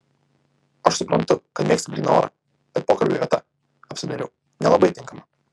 aš suprantu kad mėgsti gryną orą bet pokalbiui vieta apsidairiau nelabai tinkama